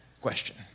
question